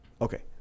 Okay